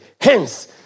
Hence